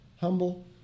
humble